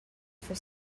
for